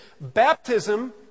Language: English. baptism